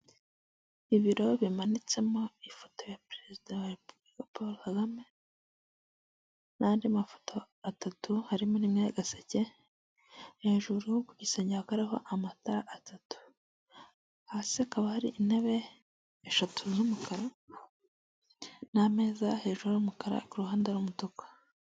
Iri ni itopo ryifashishwa mu gukwirakwiza umuriro w'amashanyarazi kubera insinga bagenda bamanikaho, hirya gato hari ibiti birebire bitanga umuyaga n'amahumbezi ku batuye aho bose.